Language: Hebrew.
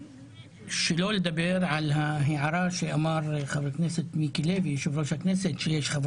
שלא לדבר על ההערה שהעיר יושב-ראש הכנסת לגבי רצון חלק